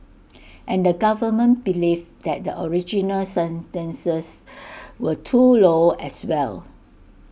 and the government believed that the original sentences were too low as well